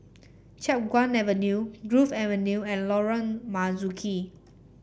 Chiap Guan Avenue Grove Avenue and Lorong Marzuki